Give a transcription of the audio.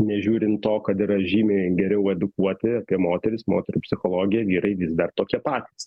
nežiūrint to kad yra žymiai geriau edukuoti apie moteris moterų psichologiją vyrai vis dar tokie patys